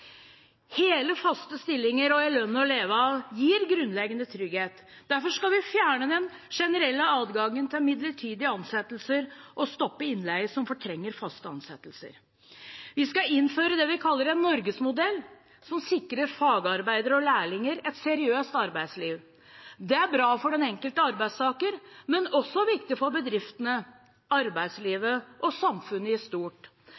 Hele, faste stillinger og en lønn å leve av gir grunnleggende trygghet. Derfor skal vi fjerne den generelle adgangen til midlertidige ansettelser og stoppe innleie som fortrenger faste ansettelser. Vi skal innføre det vi kaller en norgesmodell, som sikrer fagarbeidere og lærlinger et seriøst arbeidsliv. Det er bra for den enkelte arbeidstaker, men også viktig for bedriftene, arbeidslivet og samfunnet i stort.